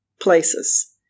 places